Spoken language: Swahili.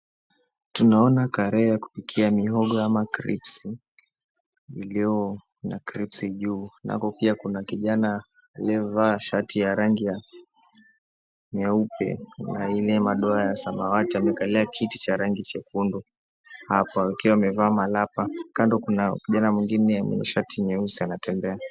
Tunaona karai ya kupikia mihogo au crispy iliyo na crispy juu nayo pia kuna kijana aliyevaa shati nyeupe na madoa ya samawati amekalia kiti cha rangi chekundu akiwa amevaa malapa. Kando kuna mwingine mwenye shati nyeusi anatembea.